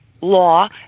law